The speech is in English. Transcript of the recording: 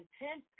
intense